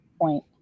Point